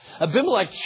Abimelech